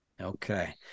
Okay